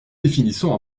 définissant